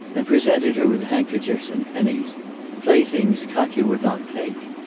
and presented her with handkerchiefs and pennies playthings katya would not take.